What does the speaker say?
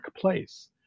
place